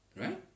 Right